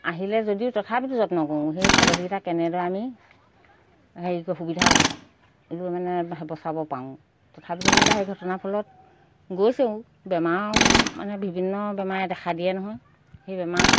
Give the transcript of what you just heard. আহিলে যদিও তথাপিতো যত্ন কৰোঁ সেই ছাগলীকেইটা কেনেদৰে আমি হেৰি সুবিধা লৈ মানে বচাব পাৰোঁ তথাপিতো যেনিবা সেই ঘটনা ফলত গৈছেও বেমাৰ মানে বিভিন্ন বেমাৰে দেখা দিয়ে নহয় সেই বেমাৰ